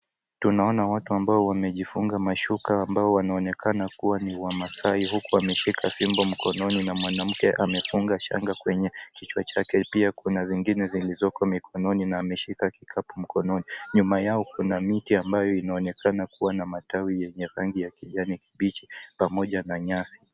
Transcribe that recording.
Tunaona watu amabao wamejifunga mashuka amabao wanaonekana kuwa ni wamasai huku wameshika fimbo mkononi na mwanamke amefunaga shanga kwenye kichwa chake. Pia kuna zingine zilizoko mikononi na ameshika kikapu mkononi. Nyuma yao kuna miti ambayo inaonekana kuwa na maatawi yenye rangi ya kijani kibichi pamoja na nyasi.